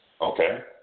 okay